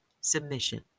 submission